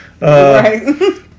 Right